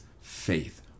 faith